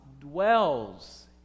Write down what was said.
dwells